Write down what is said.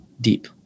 deep